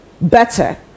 better